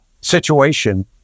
situation